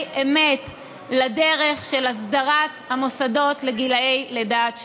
אמת לדרך של הסדרת המוסדות לגילאי לידה עד שלוש.